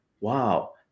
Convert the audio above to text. wow